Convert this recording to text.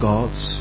God's